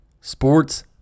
Sports